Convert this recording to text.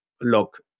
look